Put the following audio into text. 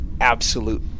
absolute